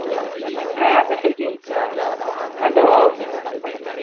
ᱦᱮᱸ ᱟᱯᱮ ᱥᱮᱫ ᱜᱮ ᱟᱫᱚ